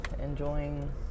enjoying